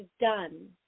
done